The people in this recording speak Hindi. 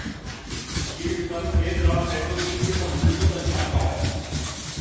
यील्ड कर्व एक ग्राफ है जो बीच के संबंध को दर्शाता है